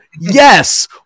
Yes